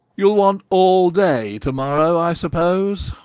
you'll want all day to-morrow, i suppose?